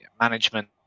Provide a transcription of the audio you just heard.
management